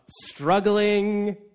struggling